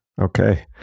okay